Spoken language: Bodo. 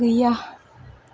गैया